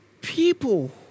people